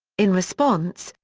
in response,